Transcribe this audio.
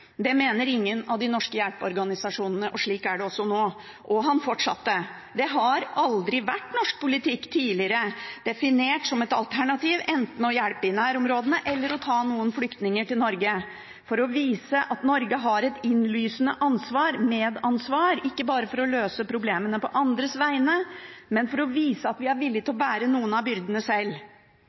Det mener ingen av de norske hjelpeorganisasjonene». Slik er det også nå. Og han fortsatte: «Det har aldri i norsk politikk tidligere vært definert som et alternativ enten å hjelpe i nærområdene eller å ta noen flyktninger til Norge, for å vise at Norge har et innlysende medansvar – ikke for bare å løse problemer på andres vegne, men for å vise at vi også er villige til å bære noen av byrdene selv.